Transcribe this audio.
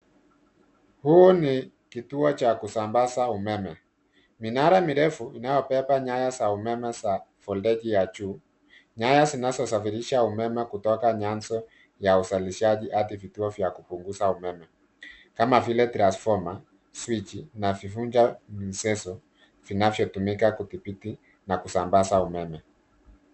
Huu ni kituo cha kusambaza umeme. Minara mirefu inayobeba nyaya za umeme za volteji ya juu, nyaya zinazosafirisha umeme kutoka nyanzo vya uzalishaji hadi vituo vya kupunguza umeme kama vile transfoma, swichi na vivunja mseso vinavyotumika kudhibiti na kusambaza umeme.